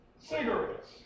Cigarettes